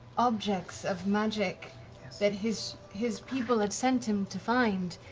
objects of magic that his his people had sent him to find?